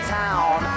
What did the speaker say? town